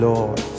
Lord